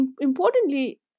importantly